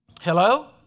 Hello